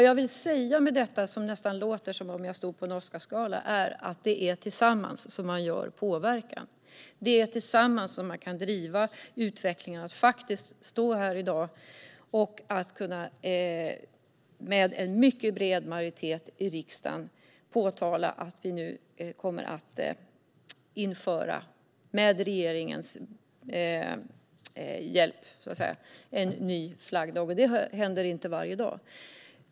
Det låter nästan som om jag står och talar på en Oscarsgala. Men vad jag vill säga med detta är att det är tillsammans som vi kan påverka. Det är tillsammans som vi kan driva utvecklingen. Vi kan faktiskt stå här i dag, med en mycket bred majoritet i riksdagen, och säga att vi, med regeringens hjälp, kommer att införa en ny flaggdag. Det händer inte varje dag.